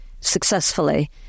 successfully